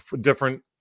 Different